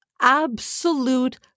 absolute